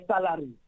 salary